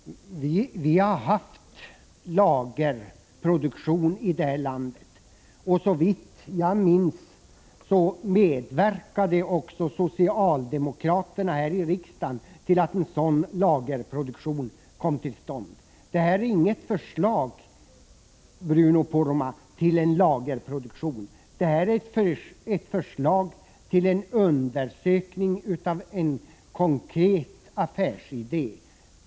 Prot. 1985/86:125 Herr talman! Vi har haft lagerproduktion förr i det här landet, och såvitt 23 april 1986 jag minns medverkade också socialdemokraterna här i riksdagen till att den kom till stånd. Det här, Bruno Poromaa, är inget förslag om lagerproduktion, utan det är ett förslag om en undersökning av en konkret affärsidé.